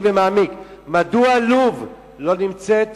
להצהרה